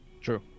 true